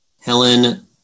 Helen